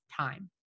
time